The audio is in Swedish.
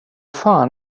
fan